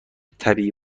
طبیعی